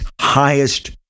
highest